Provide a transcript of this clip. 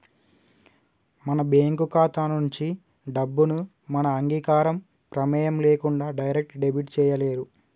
మన బ్యేంకు ఖాతా నుంచి డబ్బుని మన అంగీకారం, ప్రెమేయం లేకుండా డైరెక్ట్ డెబిట్ చేయలేరు